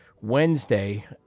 Wednesday